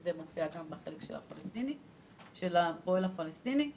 וזה מופיע גם בחלק של הפועל הפלסטיני.